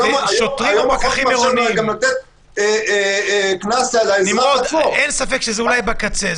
זה אולי בקצה.